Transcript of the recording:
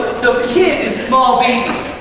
so kid is small baby.